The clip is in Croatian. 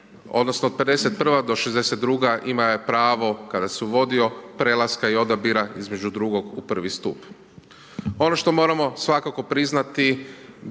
odnosno od '51. do '62. ima pravo kad se uvodio, prelaska i odabira između drugog u prvi stup. Ono što moramo svakako priznati